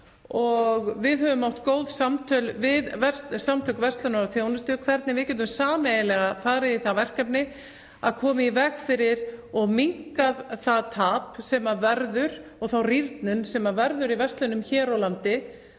Við höfum átt góð samtöl við Samtök verslunar og þjónustu um hvernig við getum sameiginlega farið í það verkefni að koma í veg fyrir og minnka það tap sem verður og þá rýrnun sem verður í verslunum hér á landi